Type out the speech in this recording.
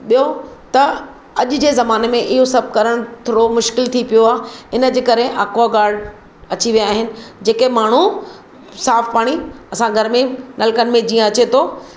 ॿियो त अॼु जे ज़माने में इहो सभु करणु थोरो मुश्किलु थी पियो आहे इनजे करे अकवागार्ड अची विया आहिनि जेके माण्हू साफ़ु पाणी असां घर में नलिकनि में जीअं अचे थो